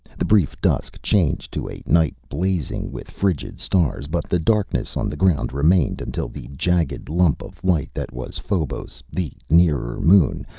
the brief dusk changed to a night blazing with frigid stars. but the darkness on the ground remained until the jagged lump of light that was phobos, the nearer moon,